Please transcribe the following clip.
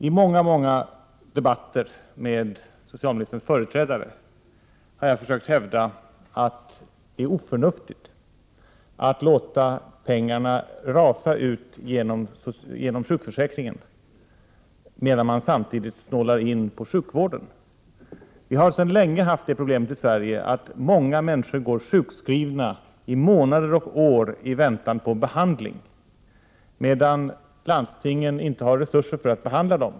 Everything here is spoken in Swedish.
I många debatter med socialministerns företrädare har jag försökt hävda att det är oförnuftigt att låta pengarna rinna ut genom sjukförsäkringen, medan man samtidigt snålar in på sjukvården. Vi har sedan länge haft det problemet i Sverige att många människor går sjukskrivna i månader och år i väntan på behandling medan landstingen inte har resurser för att behandla dem.